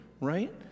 right